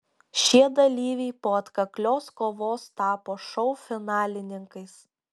šie dalyviai po atkaklios kovos tapo šou finalininkais